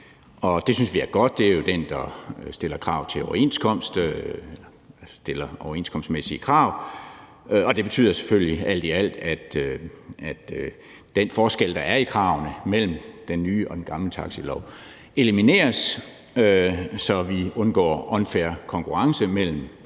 10. Det synes vi er godt, for det er jo den, der stiller overenskomstmæssige krav. Det betyder selvfølgelig alt i alt, at den forskel, der er i kravene, mellem den nye og den gamle taxilov elimineres, så vi undgår unfair konkurrence mellem